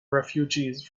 refugees